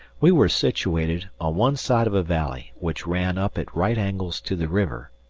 we were situated on one side of a valley which ran up at right angles to the river,